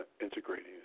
integrating